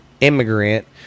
immigrant